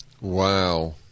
Wow